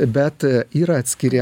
bet yra atskiri